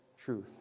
truth